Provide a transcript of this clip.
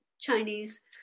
Chinese